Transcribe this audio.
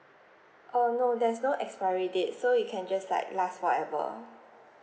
oh no there's no expiry date so it can just like last forever